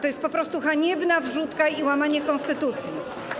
To jest po prostu haniebna wrzutka i łamanie konstytucji.